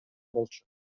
болчу